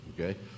okay